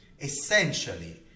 essentially